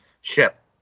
ship